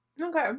Okay